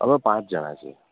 અમે પાંચ જણા છીએ